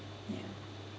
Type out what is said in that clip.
ya